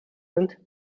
sind